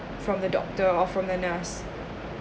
from the doctor or from the nurse